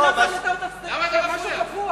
לא, לא, כתוב שלא טוב להפוך את זה למשהו קבוע.